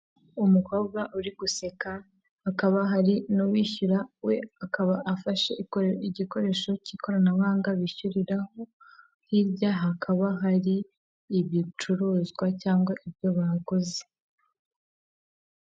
Aba ni abantu benshi bari ahantu hamwe bisa nkaho bari mu nama bicaye ku ntebe z'umweru yiganjemo abagore ndetse n'abagabo urabona ko ari ibintu byiza cyane bari mu nzu isize amabara y'icyatsi.